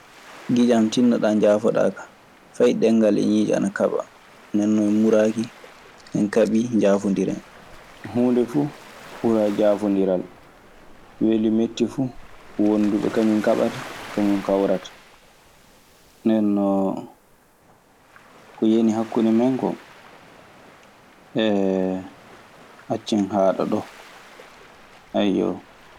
Giƴan tinnoɗaa njaafoɗaa kan. Fay ɗengal e ñiiƴe ana kaɓa. Nden non en muraaki en kabii, njaafondiren. Huunde fuu ɓuraa jaafondiral. Weli metti fuu, wonduɓe kañun kaɓata, kañun kawrata. Ndennon ko yani hakkunde men koo, accen haaɗa ɗoo, ayyoo.